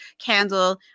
candle